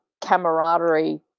camaraderie